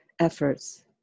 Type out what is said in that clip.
efforts